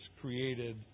created